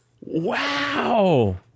Wow